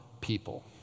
people